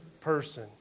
person